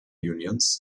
unions